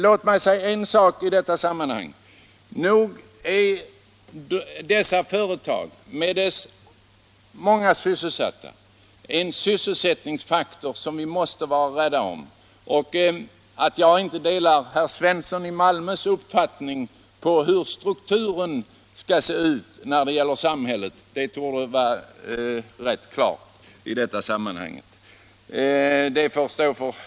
Låt mig säga att dessa företag, med sina många sysselsatta, är en sysselsättningsfaktor som vi måste vara rädda om. Att jag inte delar herr Svenssons i Malmö uppfattning om hur strukturen i samhället skall se ut torde vara rätt klart i detta sammanhang.